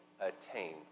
attain